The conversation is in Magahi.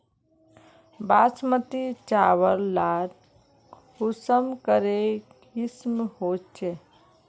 बासमती चावल लार कुंसम करे किसम होचए?